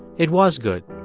it was good.